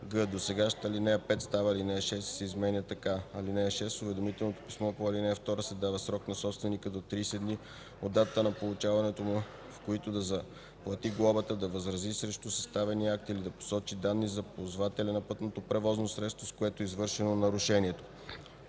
досегашната ал. 5 става ал. 6 и се изменя така: "(6) С уведомителното писмо по ал. 2 се дава срок на собственика до 30 дни от датата на получаването му, в които да заплати глобата, да възрази срещу съставения акт, или да посочи данни за ползвателя на пътното превозно средство, с което е извършено нарушението.";